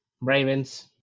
Ravens